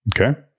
Okay